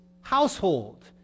household